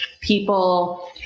people